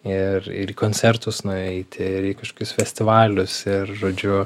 ir ir į koncertus nueiti ir į kažkokius festivalius ir žodžiu